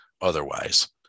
otherwise